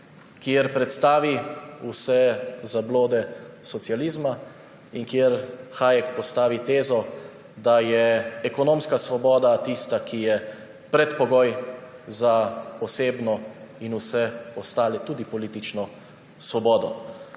Hayek predstavi vse zablode socializma in postavi tezo, da je ekonomska svoboda tista, ki je predpogoj za osebno in vse ostale, tudi politično svobodo.